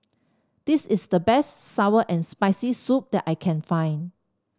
this is the best sour and Spicy Soup that I can find